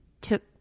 took